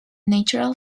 natural